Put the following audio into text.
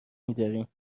میداریم